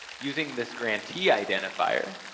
using this grantee identifier,